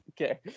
okay